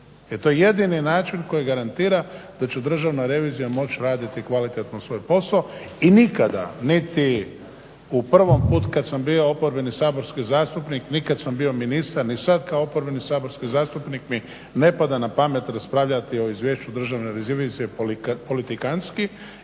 to je jedini način koji garantira da će Državna revizija moći raditi kvalitetno svoj posao. I nikada niti prvi put kad sam bio oporbeni saborski zastupnik, ni kad sam bio ministar, ni sad kao oporbeni saborski zastupnik mi ne pada na pamet raspravljati o Izvješću Državne revizije politikantski.